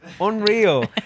unreal